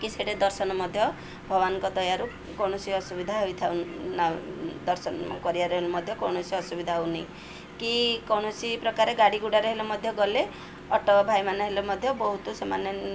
କି ସେଠି ଦର୍ଶନ ମଧ୍ୟ ଭଗବାନଙ୍କ ଦୟାରୁ କୌଣସି ଅସୁବିଧା ହେଇଥାଉ ନା ଦର୍ଶନ କରିବାର ହେଲେ ମଧ୍ୟ କୌଣସି ଅସୁବିଧା ହେଉନି କି କୌଣସି ପ୍ରକାର ଗାଡ଼ି ଗୁଡ଼ାରେ ହେଲେ ମଧ୍ୟ ଗଲେ ଅଟୋ ଭାଇମାନେ ହେଲେ ମଧ୍ୟ ବହୁତ ସେମାନେ